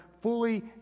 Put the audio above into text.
fully